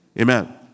Amen